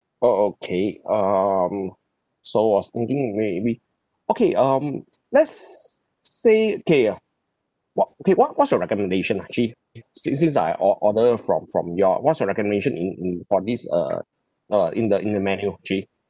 oh okay um so I was thinking maybe okay um s~ let's say okay uh what okay what what's your recommendation ah actually since since I ord~ order from from you all ah what's your recommendation in in uh this uh uh in the in the menu actually